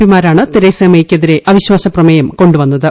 P മാരാണ് Theresa മേയ്ക്ക് എതിരെ അവിശ്വാസ പ്രമേയം കൊണ്ടുവന്നത്